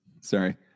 Sorry